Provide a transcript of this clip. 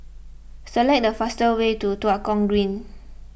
select the fastest way to Tua Kong Green